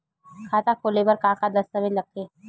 खाता खोले बर का का दस्तावेज लगथे?